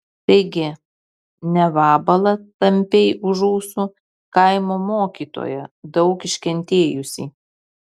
taigi ne vabalą tampei už ūsų kaimo mokytoją daug iškentėjusį